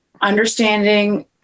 understanding